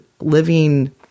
living